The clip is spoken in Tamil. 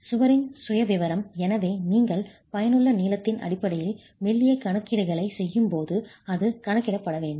சுவரின் சுயவிவரம் எனவே நீங்கள் பயனுள்ள நீளத்தின் அடிப்படையில் மெல்லிய கணக்கீடுகளைச் செய்யும்போது அது கணக்கிடப்பட வேண்டும்